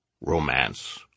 romance